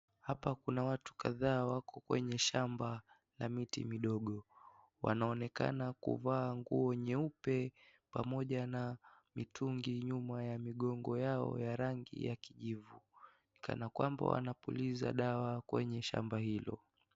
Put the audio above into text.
Hapa kuna watu kadhaa wako kwenye shamba la miti midogo wanaonekana kuvaa nguo nyeupe pamoja na mitungi nyuma ya migongo yao ya rangi ya kijivu kana kwamba wanapuliza dawa kwenye shamba hilo.